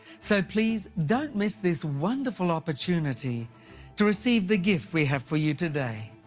so please don't miss this wonderful opportunity to receive the gift we have for you today.